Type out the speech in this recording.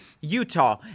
Utah